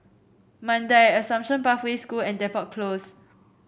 Mandai Assumption Pathway School and Depot Close